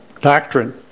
doctrine